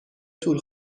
طول